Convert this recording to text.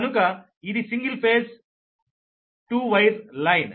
కనుక ఇది single phase 2 wire line